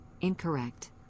incorrect